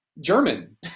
German